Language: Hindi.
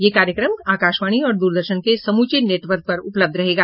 यह कार्यक्रम आकाशवाणी और द्रदर्शन के समूचे नेटवर्क पर उपलब्ध रहेगा